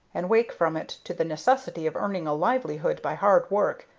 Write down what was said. and wake from it to the necessity of earning a livelihood by hard work,